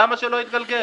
למה שלא יתגלגל?